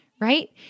right